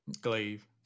Glave